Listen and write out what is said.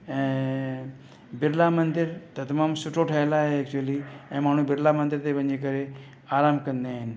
ऐं बिरला मंदरु त तमामु सुठो ठहियलु आहे एक्चुअली ऐं माण्हू बिरला मंदर ते वञी करे आरामु कंदा आहिनि